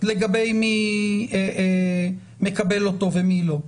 לגבי מי מקבל אותו ומי לא.